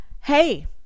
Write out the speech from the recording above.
hey